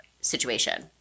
situation